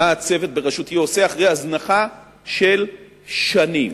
מה הצוות בראשותי עושה אחרי הזנחה של שנים,